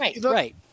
right